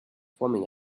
forming